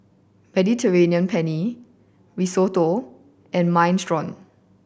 Mediterranean Penne Risotto and Minestrone